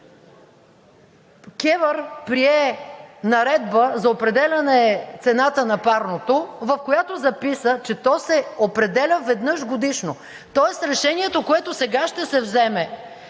КЕВР прие Наредба за определяне цената на парното, в която записа, че то се определя веднъж годишно, тоест решението, което сега ще се вземе